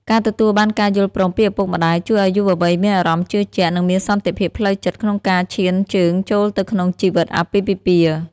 ការទទួលបានការយល់ព្រមពីឪពុកម្ដាយជួយឱ្យយុវវ័យមានអារម្មណ៍ជឿជាក់ និងមានសន្តិភាពផ្លូវចិត្តក្នុងការឈានជើងចូលទៅក្នុងជីវិតអាពាហ៍ពិពាហ៍។